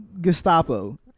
Gestapo